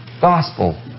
gospel